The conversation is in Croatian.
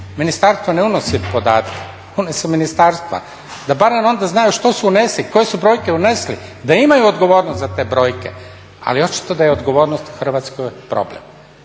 ministarstvo ne unosi podatke, ona su ministarstva. Da barem onda znaju što su unesli, koje su brojke unesli, da imaju odgovornost za te brojke, ali očito da je odgovornost u Hrvatskoj problem.